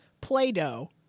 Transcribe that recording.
Play-Doh